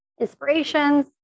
inspirations